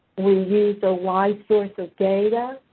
we used a wide source of data,